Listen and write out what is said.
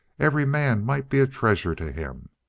every man might be a treasure to him.